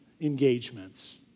engagements